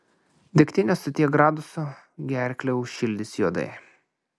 degtinė su tiek gradusų gerklę užšildys juodai